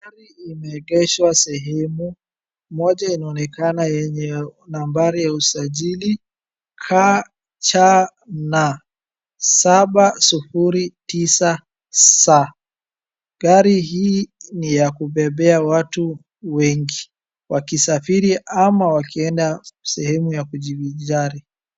Imegeshwa sehemu, moja inaonekana nambari ya usajili KCN 709SN. Gari hii ni ya kubebea watu wengi wakisafiri ama wakienda sehemu ya kuvijijali.